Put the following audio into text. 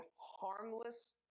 harmless